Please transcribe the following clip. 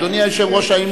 אדוני היושב-ראש, האם